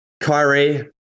Kyrie